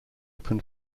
open